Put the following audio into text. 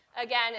again